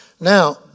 Now